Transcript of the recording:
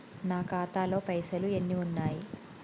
నా ఖాతాలో పైసలు ఎన్ని ఉన్నాయి?